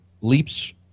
leaps